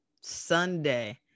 sunday